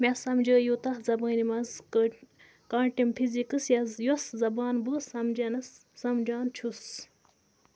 مےٚ سمجھٲیو و تَتھ زبٲنۍ منز کانٹم فِزِکٕس یۄس زبان بہٕ سمجھنس سمجھان چھُس